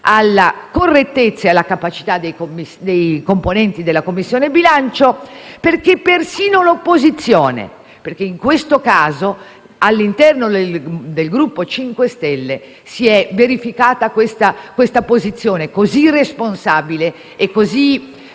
alla correttezza e alla capacità dei componenti della Commissione bilancio, perché persino nell'opposizione, in questo caso all'interno del Gruppo Movimento 5 Stelle, si è verificata una posizione così responsabile e così